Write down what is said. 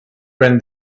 when